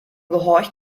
gehorcht